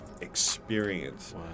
experience